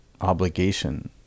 obligation